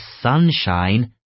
Sunshine